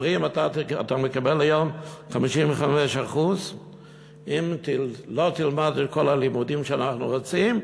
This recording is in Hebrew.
אומרים: אתה מקבל היום 55%; אם לא תלמד את כל הלימודים שאנחנו רוצים,